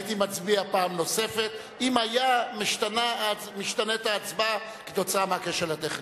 הייתי מצביע פעם נוספת אם היתה משתנית ההצבעה כתוצאה מהכשל הטכני.